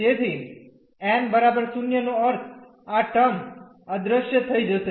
તેથી n 0 નો અર્થ આ ટર્મ અદૃશ્ય થઈ જશે